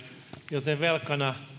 joten velkana